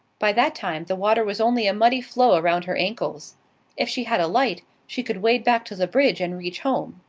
by that time the water was only a muddy flow around her ankles if she had a light she could wade back to the bridge and reach home.